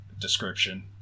description